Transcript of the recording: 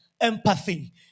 empathy